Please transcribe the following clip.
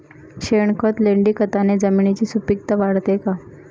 शेणखत, लेंडीखताने जमिनीची सुपिकता वाढते का?